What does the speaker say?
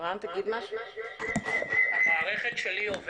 חושב שאני אדבר